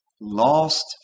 lost